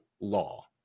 law